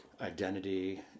identity